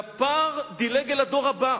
והפער דילג אל הדור הבא.